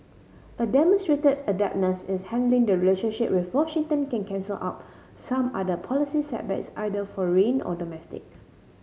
a demonstrated adeptness is handling the relationship with Washington can cancel out some other policy setbacks either foreign or domestic